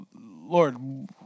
Lord